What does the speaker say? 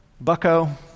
bucko